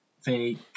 fake